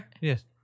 Yes